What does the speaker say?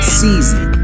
season